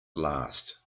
last